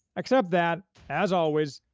except that, as always,